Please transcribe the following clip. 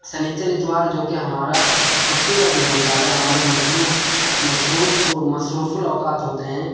سنیچر اتوار جوکہ ہمارا چھٹی کا دن ہوتا ہے ہمارے مصروف مصروف مصروف الاوقات ہوتے ہیں